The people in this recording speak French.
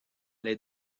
les